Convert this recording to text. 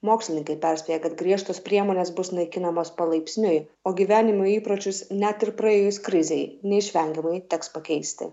mokslininkai perspėja kad griežtos priemonės bus naikinamos palaipsniui o gyvenimo įpročius net ir praėjus krizei neišvengiamai teks pakeisti